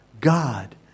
God